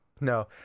No